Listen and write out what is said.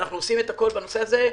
אנחנו עושים את הכול בנושא הזה.